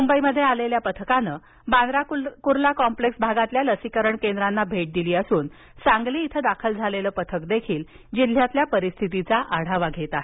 मुंबईत आलेल्या पथकानं बांद्रा कुर्ला कॉम्प्लेक्स भागातील लसीकरण केंद्रांना भेट दिली असून सांगली इथं दाखल झालेलं पथक देखील जिल्ह्यातल्या परिस्थितीचा आढावा घेत आहे